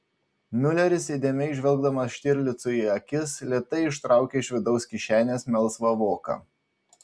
miuleris įdėmiai žvelgdamas štirlicui į akis lėtai ištraukė iš vidaus kišenės melsvą voką